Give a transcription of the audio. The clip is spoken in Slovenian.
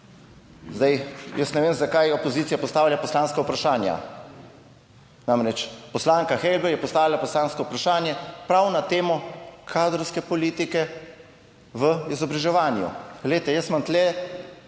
Zdaj jaz ne vem, zakaj opozicija postavlja poslanska vprašanja. Namreč, poslanka Helbl je postavila poslansko vprašanje prav na temo kadrovske politike v izobraževanju. Glejte, tule